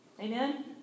Amen